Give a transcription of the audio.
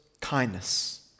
kindness